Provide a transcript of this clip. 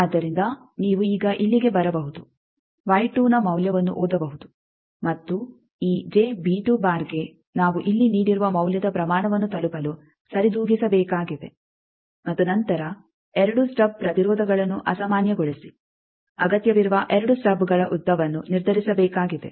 ಆದ್ದರಿಂದ ನೀವು ಈಗ ಇಲ್ಲಿಗೆ ಬರಬಹುದು ನ ಮೌಲ್ಯವನ್ನು ಓದಬಹುದು ಮತ್ತು ಈ ಗೆ ನಾವು ಇಲ್ಲಿ ನೀಡಿರುವ ಮೌಲ್ಯದ ಪ್ರಮಾಣವನ್ನು ತಲುಪಲು ಸರಿದೂಗಿಸಬೇಕಾಗಿದೆ ಮತ್ತು ನಂತರ 2 ಸ್ಟಬ್ ಪ್ರತಿರೋಧಗಳನ್ನು ಅಸಾಮಾನ್ಯಗೊಳಿಸಿ ಅಗತ್ಯವಿರುವ 2 ಸ್ಟಬ್ಗಳ ಉದ್ದವನ್ನು ನಿರ್ಧರಿಸಬೇಕಾಗಿದೆ